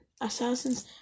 Assassins